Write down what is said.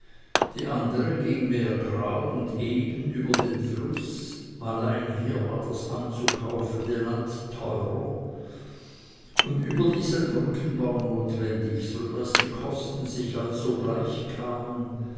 die andere ging mehr gerad und eben über den fluß allein hier war das anzukaufende land teurer und überdies ein brückenbau notwendig so daß die kosten sich also